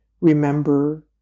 remember